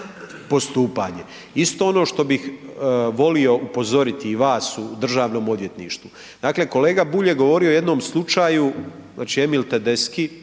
postupanje. Isto ono što bih volio upozoriti i vas u Državnom odvjetništvu, dakle kolega Bulj govorio o jednom slučaju, znači Emil Tedeschi